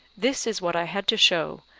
this is what i had to show,